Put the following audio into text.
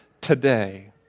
today